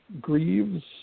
grieves